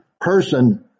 person